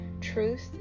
truth